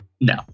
no